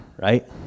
right